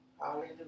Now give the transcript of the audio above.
Hallelujah